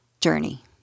journey